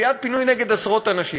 תביעת פינוי נגד עשרות אנשים.